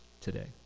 today